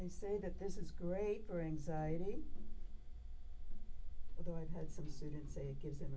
and say that this is great for anxiety although i've had some students say it gives them